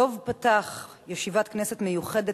דב פתח ישיבת כנסת מיוחדת